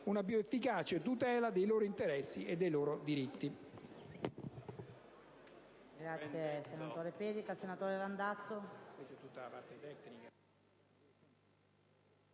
una più efficace tutela dei loro interessi e dei loro diritti.